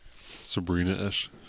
Sabrina-ish